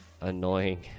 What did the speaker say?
annoying